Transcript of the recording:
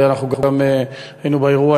ואנחנו גם היינו באירוע,